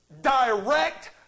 direct